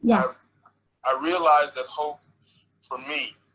yeah i realize that hope for me,